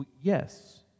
Yes